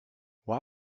why